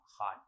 hot